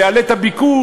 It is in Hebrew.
זה יעלה את הביקוש.